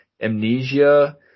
amnesia